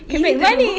easy to do